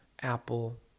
Apple